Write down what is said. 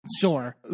sure